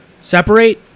separate